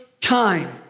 time